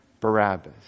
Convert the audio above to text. Barabbas